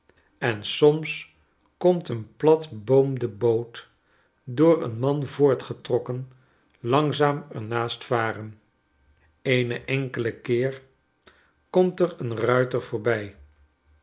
en soms komt eene platboomde boot door een man voortgetrokken langzaam er naast varen eeneenkele keer komt er een ruiter voorbij